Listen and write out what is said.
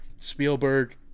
Spielberg